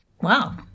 Wow